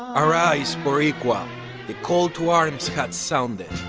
ah arise, boricua. the call to arms has sounded.